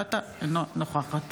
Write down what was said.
אינה נוכחת